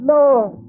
Lord